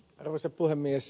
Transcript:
arvoisa puhemies